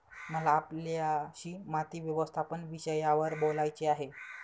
मला आपल्याशी माती व्यवस्थापन विषयावर बोलायचे आहे